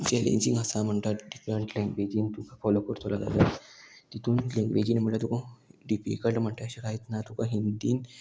challenging आसा म्हणटा different लॅंगवेजीन तुका फोलो करतलो जाल्यार तितून लँग्वेजीन म्हणल्या तुका डिफिकल्ट म्हणटा अशें कांयच ना तुका हिंदीन